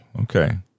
Okay